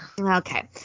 Okay